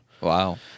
Wow